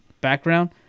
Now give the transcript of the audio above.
background